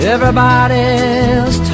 Everybody's